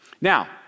Now